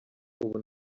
ubu